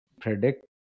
predict